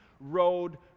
road